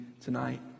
tonight